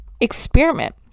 experiment